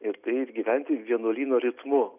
ir tai ir gyventi vienuolyno ritmu